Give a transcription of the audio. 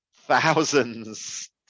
thousands